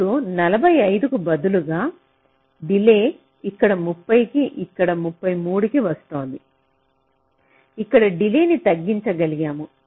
ఇప్పుడు 45 కి బదులుగా డిలే ఇక్కడ 30 కి ఇక్కడ 33 కి వస్తోంది ఇక్కడ డిలేన్ని తగ్గించగలిగాము